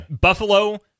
Buffalo